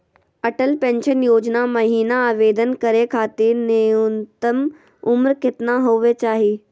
Atal pension योजना महिना आवेदन करै खातिर न्युनतम उम्र केतना होवे चाही?